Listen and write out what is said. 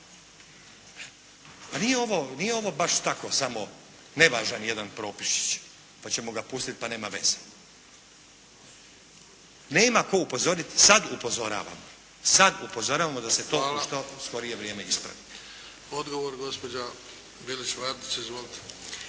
Nije ovo baš tako samo nevažan jedan propisić pa ćemo ga pustiti pa nema veze. Nema tko upozoriti. Sada upozoravam, sada upozoravamo da se to u što skorije vrijeme ispravi. **Bebić, Luka (HDZ)** Hvala. Odgovor gospođa Bilić Vardić izvolite.